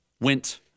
Went